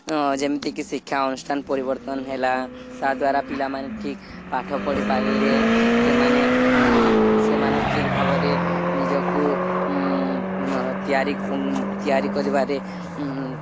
ଯେମିତିକି ଶିକ୍ଷା ଅନୁଷ୍ଠାନ ପରିବର୍ତ୍ତନ ହେଲା ତାହା ଦ୍ୱାରା ପିଲାମାନେ ଠିକ୍ ପାଠ ପଢ଼ିପାରିଲେ ସେମାନେ ସେମାନେ ଠିକ୍ ଭାବରେ ନିଜକୁ ତିଆରି ତିଆରି କରିବାରେ